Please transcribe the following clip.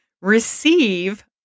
receive